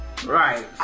Right